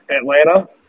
Atlanta